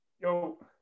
Yo